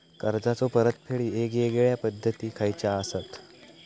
कर्जाचो परतफेड येगयेगल्या पद्धती खयच्या असात?